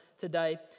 today